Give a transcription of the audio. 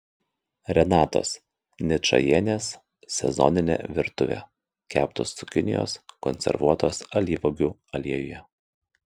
renatos ničajienės sezoninė virtuvė keptos cukinijos konservuotos alyvuogių aliejuje